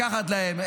לקחת להם,